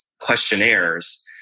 questionnaires